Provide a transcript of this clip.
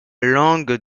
langue